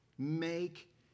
Make